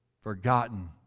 forgotten